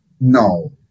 No